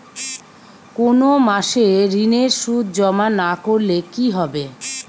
কোনো মাসে ঋণের সুদ জমা না করলে কি হবে?